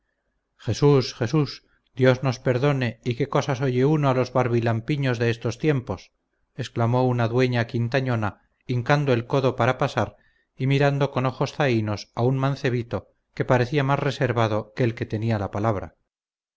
jesús jesús dios nos perdone y qué cosas oye uno a los barbilampiños de estos tiempos exclamó una dueña quintañona hincando el codo para pasar y mirando con ojos zainos a un mancebito que parecía más reservado que el que tenía la palabra